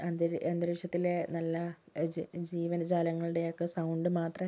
അന്ത അന്തരീക്ഷത്തിലെ നല്ല ജീ ജീവജാലങ്ങളുടെയൊക്കെ സൗണ്ട് മാത്രമെ